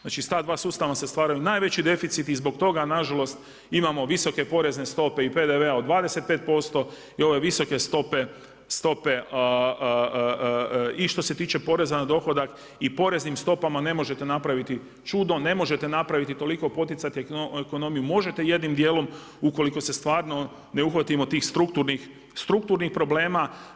Znači iz ta dva sustava vam se stvaraju najveći deficiti i zbog toga na žalost imamo visoke porezne stope i PDV-a od 25% i ove visoke stope i što se tiče poreza na dohodak i poreznim stopama ne možete napraviti čudo, ne možete napraviti toliko, poticati ekonomiju možete jednim dijelom ukoliko se stvarno ne uhvatimo tih strukturnih problema.